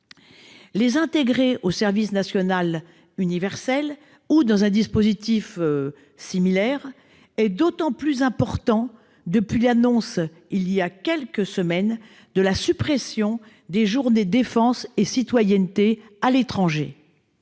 Les intégrer au service national universel, ou dans un dispositif similaire, est d'autant plus important depuis l'annonce, voilà quelques semaines, de la suppression des journées défense et citoyenneté à l'étranger.